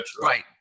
right